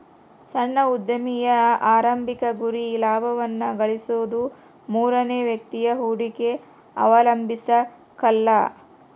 ಸಣ್ಣ ಉದ್ಯಮಿಯ ಆರಂಭಿಕ ಗುರಿ ಲಾಭವನ್ನ ಗಳಿಸೋದು ಮೂರನೇ ವ್ಯಕ್ತಿಯ ಹೂಡಿಕೆ ಅವಲಂಬಿಸಕಲ್ಲ